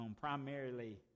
primarily